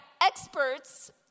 experts